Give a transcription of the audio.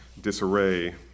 disarray